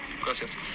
Gracias